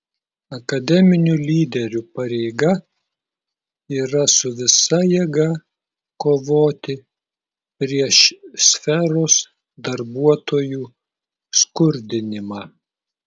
akademinių lyderių pareiga yra su visa jėga kovoti prieš sferos darbuotojų skurdinimą